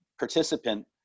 participant